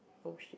oh shit